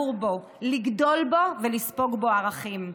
לגור בו, לגדול בו ולספוג בו ערכים.